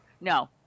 No